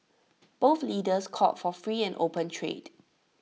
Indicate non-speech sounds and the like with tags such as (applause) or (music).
(noise) both leaders called for free and open trade